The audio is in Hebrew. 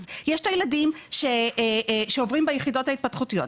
אז יש את הילדים שעוברים ביחידות ההתפתחותיות,